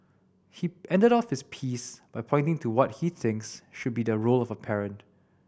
he ended off his piece by pointing to what he thinks should be the role of a parent